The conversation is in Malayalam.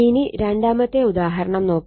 ഇനി രണ്ടാമത്തെ ഉദാഹരണം നോക്കാം